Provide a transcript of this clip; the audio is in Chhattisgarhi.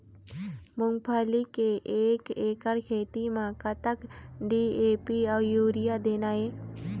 मूंगफली के एक एकड़ खेती म कतक डी.ए.पी अउ यूरिया देना ये?